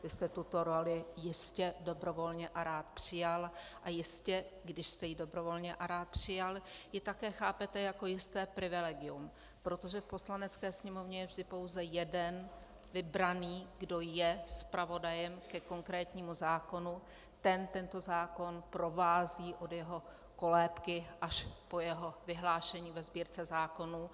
Vy jste tuto roli jistě dobrovolně a rád přijal a jistě ji, když jste ji dobrovolně a rád přijal, také chápete jako jisté privilegium, protože v Poslanecké sněmovně je vždy pouze jeden vybraný, kdo je zpravodajem ke konkrétnímu zákonu, ten tento zákon provází od jeho kolébky až po jeho vyhlášení ve Sbírce zákonů.